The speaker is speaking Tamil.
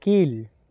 கீழ்